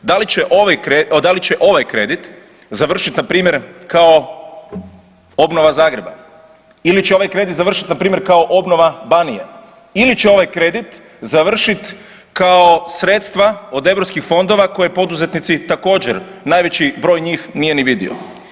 Da li će ovaj kredit završit npr. kao obnova Zagreba ili će ovaj kredit završit npr. kao obnova Banije ili će ovaj kredit završit kao sredstva od europskih fondova koje poduzetnici također, najveći broj njih nije ni vidio.